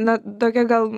na tokia gal